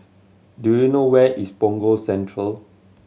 do you know where is Punggol Central